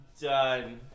done